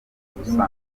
n’ubusanzwe